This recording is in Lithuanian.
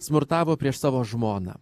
smurtavo prieš savo žmoną